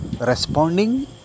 responding